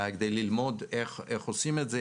כדי ללמוד איך עושים את זה,